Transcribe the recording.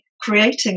creating